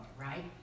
right